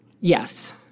Yes